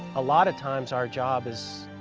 a lot of times our job is